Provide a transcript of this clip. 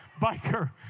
biker